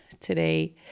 today